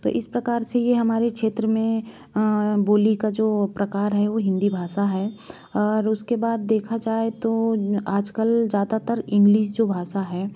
तो इस प्रकार से यह हमारे क्षेत्र में बोली का जो प्रकार है वह हिंदी भाषा है और उसके बाद देखा जाए तो न आजकल ज़्यादातर इंग्लिश जो भाषा है